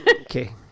Okay